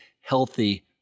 healthy